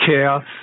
chaos